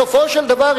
בסופו של דבר,